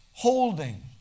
Holding